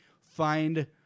find